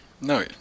No